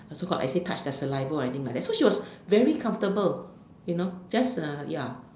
also got like say touch the saliva I think like that so she was very comfortable you know just ya